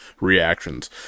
reactions